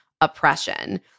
oppression